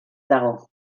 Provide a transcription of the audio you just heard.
dago